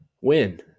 Win